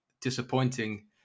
disappointing